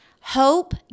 Hope